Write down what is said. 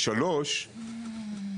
דבר שלישי,